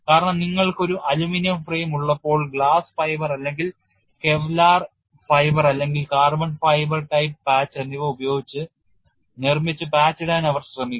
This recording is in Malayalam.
കാരണം നിങ്ങൾക്ക് ഒരു അലുമിനിയം ഫ്രെയിം ഉള്ളപ്പോൾ ഗ്ലാസ് ഫൈബർ അല്ലെങ്കിൽ കെവ്ലർ ഫൈബർ അല്ലെങ്കിൽ കാർബൺ ഫൈബർ type പാച്ച് എന്നിവ ഉപയോഗിച്ച് നിർമ്മിച്ച പാച്ച് ഇടാൻ അവർ ശ്രമിക്കും